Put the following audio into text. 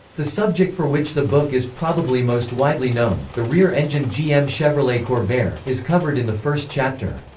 the subject for which the book is probably most widely known, the rear-engined gm chevrolet corvair, is covered in the first chapter.